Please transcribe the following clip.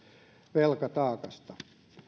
velkataakasta